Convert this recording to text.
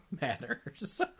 matters